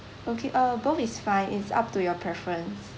okay uh both is fine it's up to your preference